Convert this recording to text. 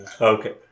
Okay